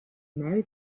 mary